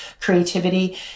creativity